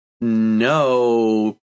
No